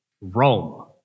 Rome